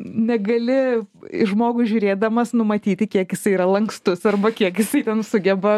negali į žmogų žiūrėdamas numatyti kiek jisai yra lankstus arba kiek jisai ten sugeba